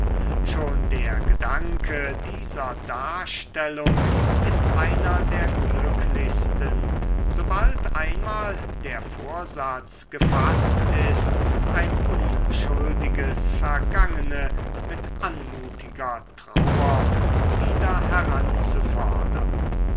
schon der gedanke dieser darstellung ist einer der glücklichsten sobald einmal der vorsatz gefaßt ist ein unschuldiges vergangene mit anmutiger trauer wieder